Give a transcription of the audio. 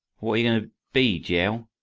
what are you going to be, g.